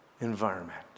environment